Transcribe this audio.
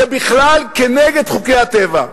זה בכלל כנגד חוקי הטבע.